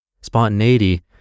Spontaneity